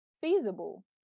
feasible